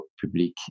public